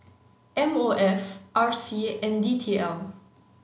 M O F R C and D T L